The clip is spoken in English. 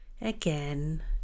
Again